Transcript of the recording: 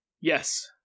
Yes